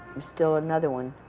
still another one.